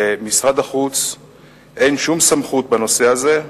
למשרד החוץ אין שום סמכות בנושא הזה,